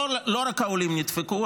פה לא רק העולים נדפקו,